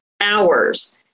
hours